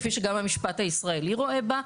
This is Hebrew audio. כפי שגם המשפט הישראלי רואה בה,